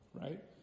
right